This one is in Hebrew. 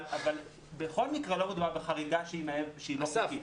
אבל בכל מקרה לא מדובר בחריגה שהיא לא חוקית.